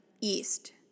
east